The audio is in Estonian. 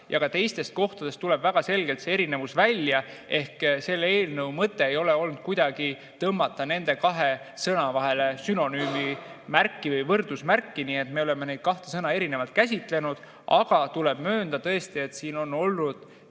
ka teistest kohtadest tuleb väga selgelt see erinevus välja. Selle eelnõu mõte ei ole olnud kuidagi tõmmata nende kahe sõna vahele sünonüümimärki või võrdusmärki. Me oleme neid kahte sõna erinevalt käsitlenud, aga tuleb möönda, et siin on olnud